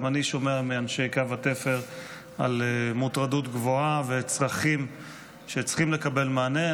גם אני שומע מאנשי קו התפר על מוטרדות גבוהה וצרכים שצריכים לקבל מענה.